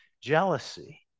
jealousy